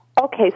Okay